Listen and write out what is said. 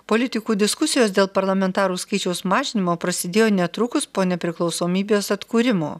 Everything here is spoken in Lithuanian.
politikų diskusijos dėl parlamentarų skaičiaus mažinimo prasidėjo netrukus po nepriklausomybės atkūrimo